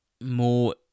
More